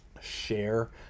share